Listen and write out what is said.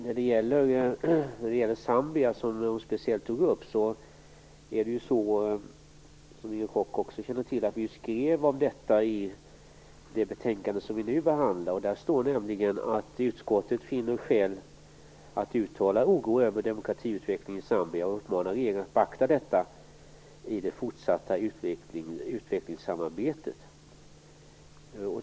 När det gäller Zambia, som Inger Koch speciellt tog upp, skrev vi om detta i det betänkande som vi nu behandlar. Inger Koch känner nog också till det. Där står det: "Utskottet finner emellertid här skäl att uttala oro över demokratiutvecklingen i Zambia och uppmanar regeringen att beakta detta i det fortsatta utvecklingssamarbetet."